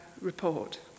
report